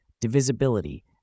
divisibility